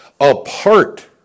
apart